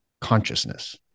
consciousness